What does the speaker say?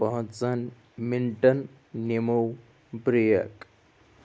پانٛژن مِنٹن نِمو بریک